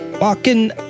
walking